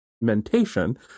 mentation